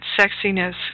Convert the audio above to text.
sexiness